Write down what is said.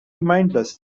mindless